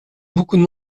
beaucoup